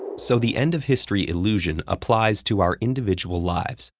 so the end of history illusion applies to our individual lives,